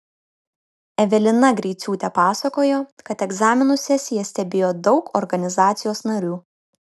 evelina greiciūtė pasakojo kad egzaminų sesiją stebėjo daug organizacijos narių